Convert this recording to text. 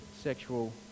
sexual